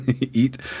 eat